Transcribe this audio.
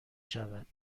شود